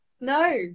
no